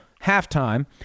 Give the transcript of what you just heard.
halftime